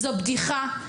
זו בדיחה,